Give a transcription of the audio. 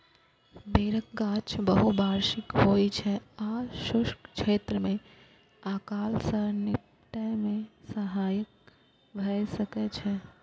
बेरक गाछ बहुवार्षिक होइ छै आ शुष्क क्षेत्र मे अकाल सं निपटै मे सहायक भए सकै छै